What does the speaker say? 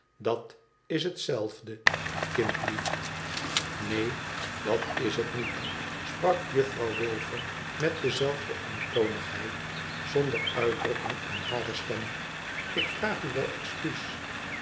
ait is hetzelfde kindlie ineen dat is het niet sprak jufirouw wilfer met dezelfde eentonigheid zonder uitdrukking in hare stem ik vraag u wel excuus